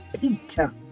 Peter